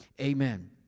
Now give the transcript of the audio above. Amen